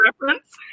reference